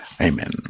Amen